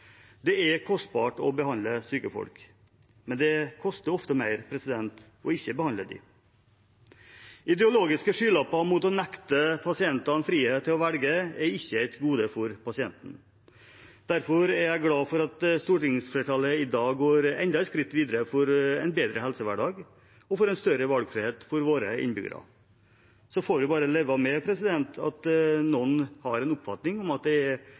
Det er kostbart å behandle syke folk, men det koster ofte mer å ikke behandle dem. Ideologiske skylapper mot å nekte pasientene frihet til å velge er ikke et gode for pasientene. Derfor er jeg glad for at stortingsflertallet i dag går enda et skritt videre for en bedre helsehverdag og større valgfrihet for våre innbyggere. Så får vi bare leve med at noen har en oppfatning om at det er